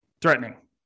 threatening